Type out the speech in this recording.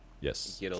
Yes